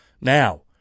Now